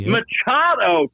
Machado